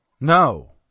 no